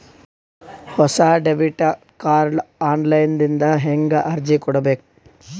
ಹೊಸ debit card online ದಿಂದ ಹೇಂಗ ಅರ್ಜಿ ಕೊಡಬೇಕು?